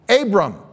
Abram